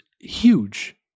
huge